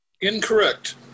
Incorrect